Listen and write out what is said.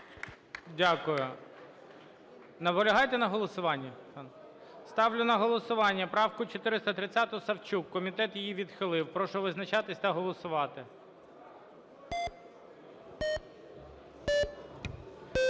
Дякую. Наполягаєте на голосуванні? Ставлю на голосування правку 430-у Савчук. Комітет її відхилив. Прошу визначатися та голосувати.